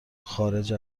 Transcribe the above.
خارج